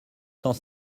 cent